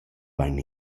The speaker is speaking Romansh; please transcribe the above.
vain